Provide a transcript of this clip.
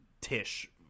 tish